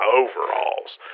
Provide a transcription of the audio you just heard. overalls